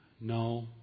no